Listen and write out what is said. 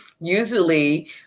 usually